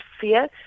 fear